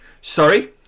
Sorry